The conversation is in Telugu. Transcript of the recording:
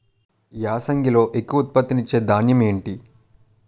యాసంగిలో ఎక్కువ ఉత్పత్తిని ఇచే ధాన్యం ఏంటి?